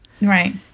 Right